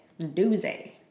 Doozy